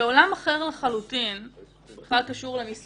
על מה אנחנו מדברים?